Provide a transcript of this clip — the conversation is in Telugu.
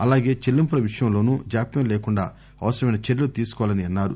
అలాగే చెల్లింపుల విషయంలోనూ జాప్యం లేకుండా అవసరమైన చర్యలు తీసుకోవాలని అన్నారు